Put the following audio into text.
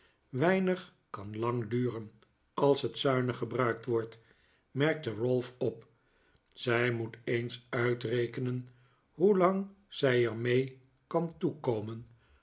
weinig kan lang duren als het zuinig gebruikt wordt merkte ralph op zij moet eens uitrekenen hoelang zij er mee kan